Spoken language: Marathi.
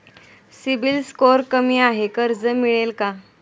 सिबिल स्कोअर कमी आहे कर्ज मिळेल का?